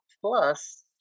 plus